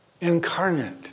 incarnate